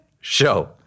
Show